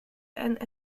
and